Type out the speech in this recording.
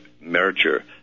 merger